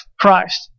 Christ